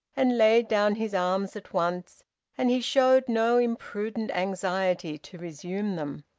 and laid down his arms at once and he showed no imprudent anxiety to resume them.